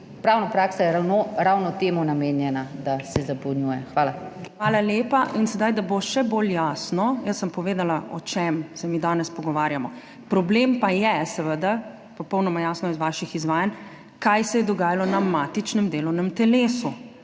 Pravna praksa je ravno temu namenjena, da se zapolnjuje. Hvala. PREDSEDNICA MAG. URŠKA KLAKOČAR ZUPANČIČ: Hvala lepa. In sedaj, da bo še bolj jasno. Jaz sem povedala o čem se mi danes pogovarjamo. Problem pa je seveda popolnoma jasno iz vaših izvajanj, kaj se je dogajalo na matičnem delovnem telesu